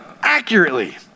accurately